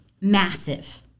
Massive